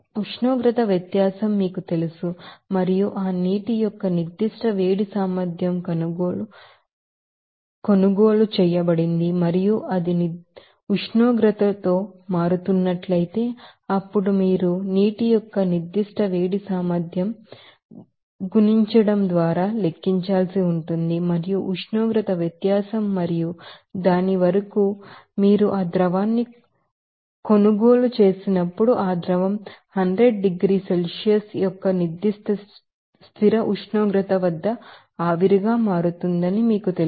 ఉష్ణోగ్రత వ్యత్యాసం మీకు తెలుసు మరియు ఆ నీటి యొక్క స్పెసిఫిక్ హీట్ కెపాసిటీ గా కొనుగోలు చేయబడింది మరియు అది ఉష్ణోగ్రతతో మారుతున్నట్లయితే అప్పుడు మీరు నీటి యొక్క స్పెసిఫిక్ హీట్ కెపాసిటీన్ని గుణించడం ద్వారా లెక్కించాల్సి ఉంటుంది మరియు ఉష్ణోగ్రత వ్యత్యాసం మరియు దాని వరకు మీరు ఆ ద్రవాన్ని కొనుగోలు చేసినప్పుడు ఆ ద్రవం 100 డిగ్రీల సెల్సియస్ యొక్క కాన్స్టాంట్ టెంపరేచర్ వద్ద ఆవిరిగా మారుతుందని మీకు తెలుసు